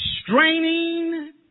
Straining